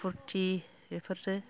फुरथि बेफोरो